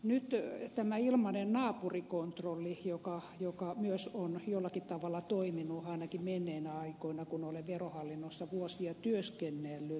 nyt tämä ilmainen naapurikontrollikin joka myös on jollakin tavalla toiminut ainakin menneinä aikoina kun olen verohallinnossa vuosia työskennellyt menetetään